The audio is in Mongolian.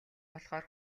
болохоор